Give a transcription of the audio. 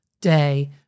day